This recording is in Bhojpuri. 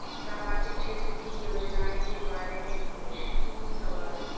सामाजिक क्षेत्र की योजनाए के बारे में पूछ सवाल?